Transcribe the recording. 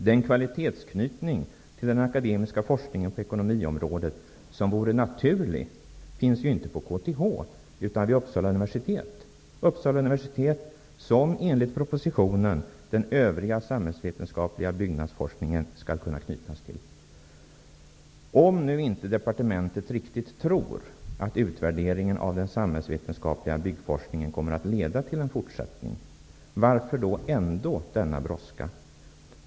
Den kvalitetsknytning till den akademiska forskningen på ekonomiområdet, som vore naturlig, finns ju inte på KTH utan vid Uppsala universitet, som enligt propositionen den övriga samhällsvetenskapliga byggnadsforskningen skall kunna knytas till. Om nu departementet inte riktigt tror att utvärderingen av den samhällsvetenskapliga byggforskningen kommer att leda till en fortsättning, varför då ändå denna brådska?